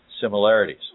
similarities